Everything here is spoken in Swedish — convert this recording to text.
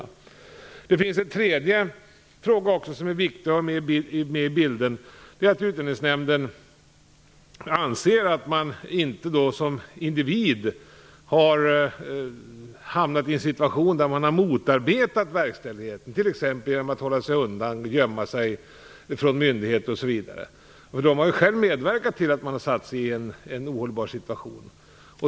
Det finns också en tredje fråga som är viktig att ha med i bilden. Utlänningsnämnden får inte anse att individen har motarbetat verkställigheten, t.ex. genom att hålla sig undan, gömma sig från myndigheter osv. Då har man själv satt sig i en ohållbar situation.